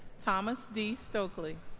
thomas d. stokely